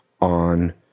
on